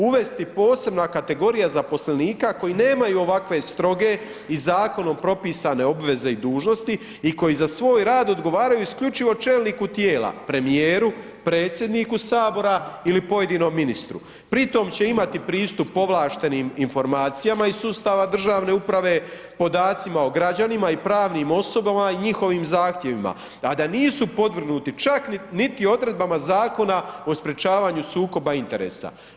Uvesti posebnu kategoriju zaposlenika koji nemaju ovakve stroge i zakonom propisane obveze i dužnosti i koji za svoj rad odgovaraju isključivo čelniku tijela, premijeru, predsjedniku Sabora ili pojedinom ministru, pri tom će imati pristup povlaštenim informacijama iz sustava državne uprave, podacima o građanima i pravnim osobama i njihovim zahtjevima a da nisu podvrgnuti lak niti odredbama Zakona o sprječavanju sukoba interesa.